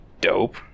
dope